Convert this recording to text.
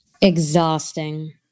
exhausting